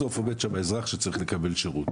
בסוף עומד שם אזרח שצריך לקבל שירות.